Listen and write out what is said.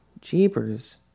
Jeepers